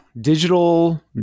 Digital